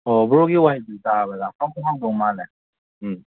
ꯑꯣ ꯕ꯭ꯔꯣꯒꯤ ꯋꯥꯍꯩꯗꯣ ꯇꯥꯕꯗ ꯍꯥꯎꯗ ꯍꯥꯎꯗꯧ ꯃꯥꯜꯂꯦ ꯎꯝ